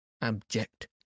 abject